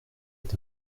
est